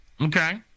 Okay